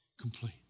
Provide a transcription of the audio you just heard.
complete